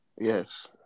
Yes